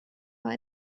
war